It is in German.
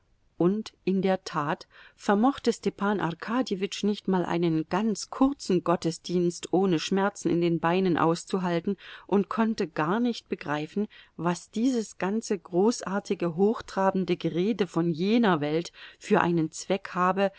und in der tat vermochte stepan arkadjewitsch nicht einmal einen ganz kurzen gottesdienst ohne schmerzen in den beinen auszuhalten und konnte gar nicht begreifen was dieses ganze großartige hochtrabende gerede von jener welt für einen zweck habe